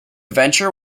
venture